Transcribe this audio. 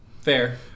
Fair